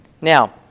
Now